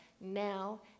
now